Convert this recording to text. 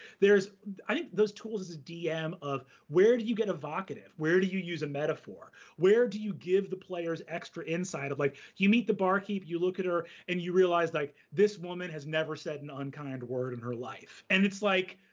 i think those tools as a dm of, where do you get evocative? where do you use a metaphor? where do you give the players extra insight of like, you meet the barkeep, you look at her, and you realize like, this woman has never said an unkind word in her life. and it's like,